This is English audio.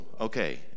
okay